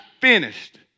finished